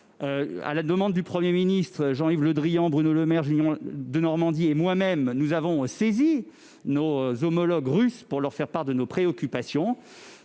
À la demande du Premier ministre, Jean-Yves Le Drian, Bruno Le Maire, Julien Denormandie et moi-même avons saisi nos homologues russes pour leur faire part de nos préoccupations.